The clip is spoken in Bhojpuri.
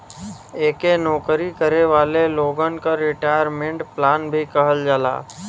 एके नौकरी करे वाले लोगन क रिटायरमेंट प्लान भी कहल जाला